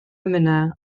emynau